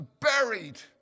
buried